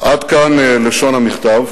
עד כאן לשון המכתב.